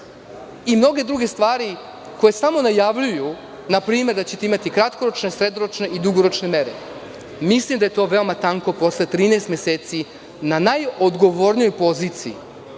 i mnoge druge stvari koji samo najavljuju da ćete imati kratkoročne, srednjoročne mere. Mislim da je to veoma tanko posle 13 meseci na najodgovornijoj poziciji.